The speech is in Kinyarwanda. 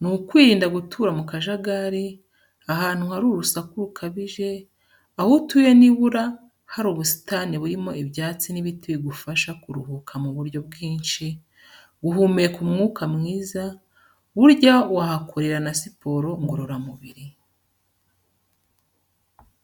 Ni ukwirinda gutura mu kajagari, ahantu hari urusaku rukabije, aho utuye nibura hari ubusitani burimo ibyatsi n'ibiti bigufasha kuruhuka mu buryo bwinshi, guhumeka umwuka mwiza, burya wahakorera na siporo ngororamubiri.